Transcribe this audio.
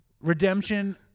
Redemption